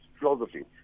philosophy